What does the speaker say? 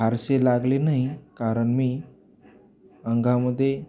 फारसे लागले नाही कारण मी अंगामध्ये